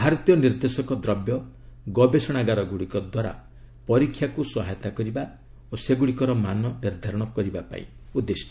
ଭାରତୀୟ ନିର୍ଦ୍ଦେଶକ ଦ୍ରବ୍ୟ' ଗବେଷଣାଗାର ଗୁଡ଼ିକ ଦ୍ୱାରା ପରୀକ୍ଷାକୁ ସହାୟତା କରିବା ଓ ସେଗୁଡ଼ିକର ମାନ ନିର୍ଦ୍ଧାରଣ ପାଇଁ ଉଦ୍ଦିଷ୍ଟ